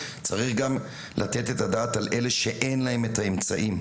צריך גם לתת את הדעת על אלה שאין להם את האמצעים,